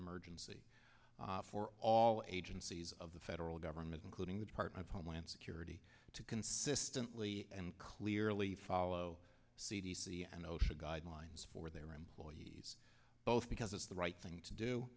emergency for all agencies of the federal government including the department of homeland security to consistently and clearly follow c d c and osha guidelines for their employees both because it's the right thing to do